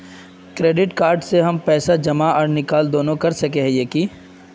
Credit card से हम पैसा जमा आर निकाल दोनों कर सके हिये की?